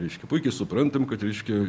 reiškia puikiai suprantam kad reiškia